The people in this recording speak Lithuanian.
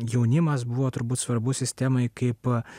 jaunimas buvo turbūt svarbus sistemai kaip